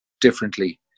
differently